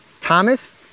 Thomas